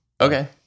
Okay